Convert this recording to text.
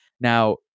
Now